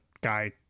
guy